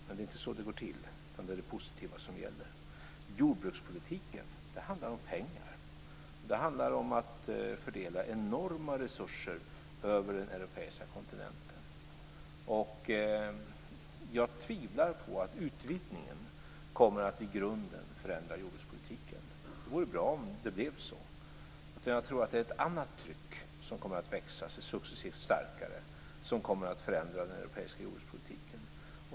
Men det är inte så det går till. Det är det positiva som gäller. Jordbrukspolitiken handlar om pengar. Det handlar om att fördela enorma resurser över den europeiska kontinenten. Jag tvivlar på att utvidgningen i grunden kommer att förändra jordbrukspolitiken även om det vore bra om det blev så. Jag tror att det är ett annat tryck som kommer att växa sig successivt starkare som kommer att förändra den europeiska jordbrukspolitiken.